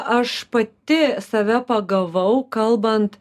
aš pati save pagavau kalbant